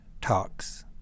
talks